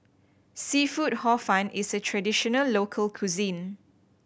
seafood Hor Fun is a traditional local cuisine